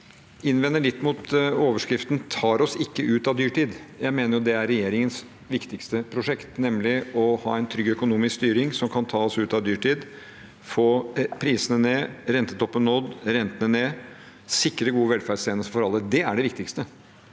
vil innvende litt mot denne overskriften: tar oss ikke ut av dyrtid. Jeg mener det er regjeringens viktigste prosjekt, nemlig å ha en trygg økonomisk styring som kan ta oss ut av dyrtid, få prisene ned, rentetoppen nådd, rentene ned og sikre gode velferdstjenester for alle. Det er det viktigste